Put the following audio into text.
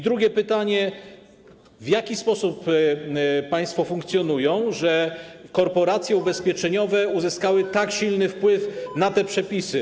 Drugie pytanie: W jaki sposób państwo funkcjonują, że korporacje ubezpieczeniowe uzyskały tak silny wpływ na te przepisy?